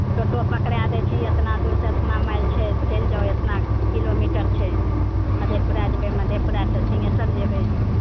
टोटो पकड़ाए दै छी अतना दूरसँ अतना माइल छै चलि जाउ अतना किलोमीटर छै मधेपुरा जेबै मधेपुरासँ सिंहेश्वर जेबै